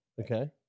Okay